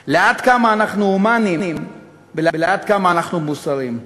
עד כמה אנחנו הומניים ועד כמה אנחנו מוסריים.